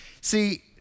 See